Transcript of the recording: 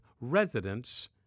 residents